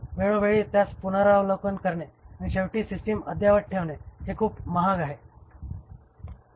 वेळोवेळी त्यास पुनरावलोकन करणे आणि शेवटी सिस्टिम अद्ययावत ठेवणे हे खूप महाग आहे